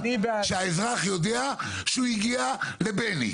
שהאזרח יודע שהוא הגיע לבני,